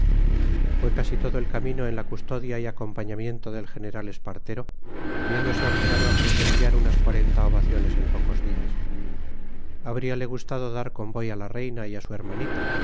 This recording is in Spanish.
fue casi todo el camino en la custodia y acompañamiento del general espartero viéndose obligado a presenciar unas cuarenta ovaciones en pocos días habríale gustado dar convoy a la reina y a su hermanita